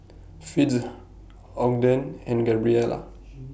Fitzhugh Ogden and Gabriela